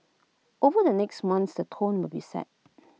over the next months the tone will be set